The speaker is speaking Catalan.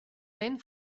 lent